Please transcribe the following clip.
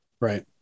Right